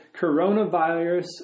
Coronavirus